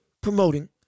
promoting